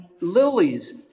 lilies